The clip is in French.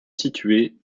située